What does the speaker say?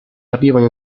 arrivano